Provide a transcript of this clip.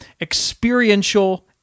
experiential